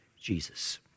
Jesus